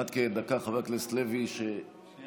בבקשה, סגן